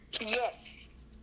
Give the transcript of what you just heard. yes